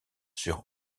sur